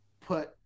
put